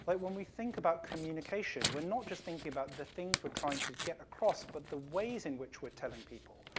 but when we think about communication, we're not just thinking about the things we're trying to get across, but the ways in which we're telling people,